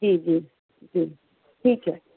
جی جی جی ٹھیک ہے